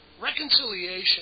reconciliation